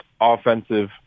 offensive